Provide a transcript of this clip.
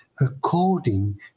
according